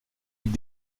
avec